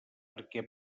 perquè